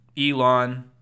Elon